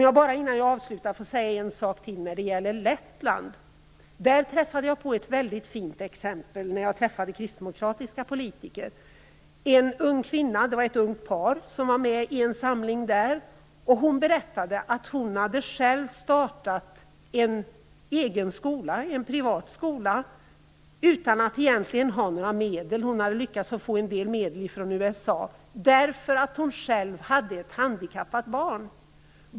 Jag vill innan jag avslutar säga en sak till när det gäller Lettland. Där träffade jag på ett väldigt fint exempel när jag mötte kristdemokratiska politiker. Ett ungt par var med i en samling, och den unga kvinnan berättade att hon själv hade startat en egen privat skola utan att egentligen ha några medel - hon hade lyckats att få en del medel från USA - därför att hon själv hade ett handikappat barn.